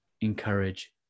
encourage